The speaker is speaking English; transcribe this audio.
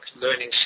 learning